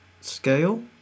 scale